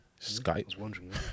Skype